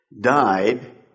died